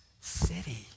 city